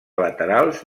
laterals